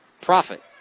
Profit